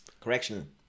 Correction